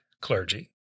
clergy